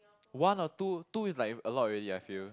one or two two is like a lot already I feel